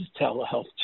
telehealth